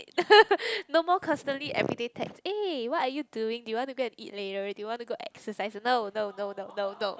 no more constantly everyday text eh what are you doing do you want to go and eat later do you want to go exercise no no no no no no